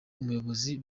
ubuyobozi